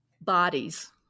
bodies